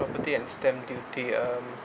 property and stamp duty um